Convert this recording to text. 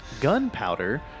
gunpowder